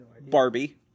Barbie